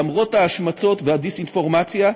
למרות ההשמצות והדיסאינפורמציה,